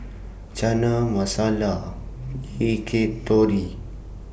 Chana Masala Akitori